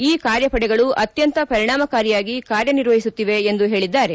ಈ ಕಾರ್ಯಪಡೆಗಳು ಅತ್ಯಂತ ಪರಿಣಾಮಕಾರಿಯಾಗಿ ಕಾರ್ಯನಿರ್ವಹಿಸುತ್ತಿವೆ ಎಂದು ಹೇಳಿದ್ದಾರೆ